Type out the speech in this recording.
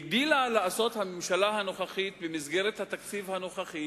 הגדילה לעשות הממשלה הנוכחית במסגרת התקציב הנוכחי,